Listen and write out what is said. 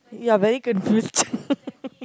ya very confused